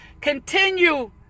continue